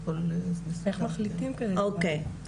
אוקי,